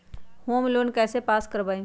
Home loan कैसे pass कर बाबई?